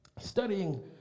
studying